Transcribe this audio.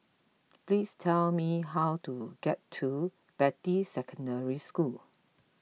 please tell me how to get to Beatty Secondary School